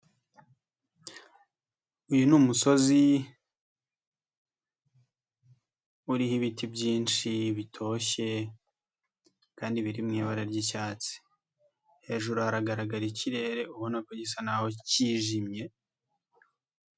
Uyu ni umusozi, uriho ibiti byinshi bitoshye kandi biri mu ibara ry'icyatsi, hejuru haragaragara ikirere, ubona ko gisa naho cyijimye.